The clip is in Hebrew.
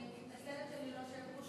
אני מתנצלת שאני לא יושבת.